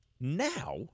now